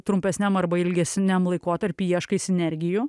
trumpesniam arba ilgesniam laikotarpiui ieškai sinergijų